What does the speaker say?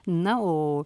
na o